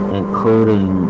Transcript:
including